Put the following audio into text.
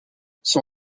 son